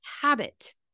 habit